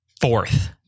fourth